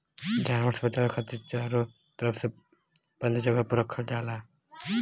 जानवर से बचाये खातिर चारो तरफ से बंद जगह पे रखल जाला